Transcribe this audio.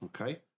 okay